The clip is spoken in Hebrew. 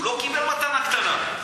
והוא לא קיבל מתנה קטנה.